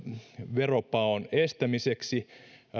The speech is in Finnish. veropaon estämiseksi